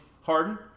Harden